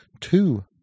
two